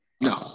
No